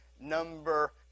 number